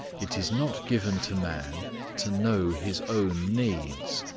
it is not given to man to know his own needs.